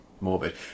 morbid